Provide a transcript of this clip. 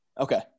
Okay